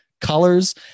colors